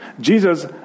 Jesus